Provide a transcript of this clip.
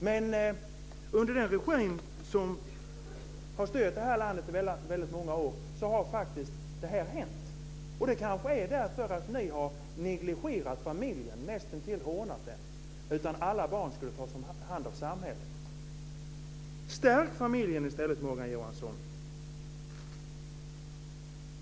Men det här har hänt under den regim som har styrt landet i många år, och det kanske beror på att ni har negligerat familjen, näst intill hånat den, och menat att alla barn skulle tas om hand av samhället. Stärk familjen i stället, Morgan Johansson!